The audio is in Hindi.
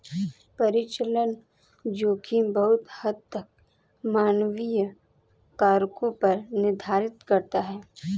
परिचालन जोखिम बहुत हद तक मानवीय कारकों पर निर्भर करता है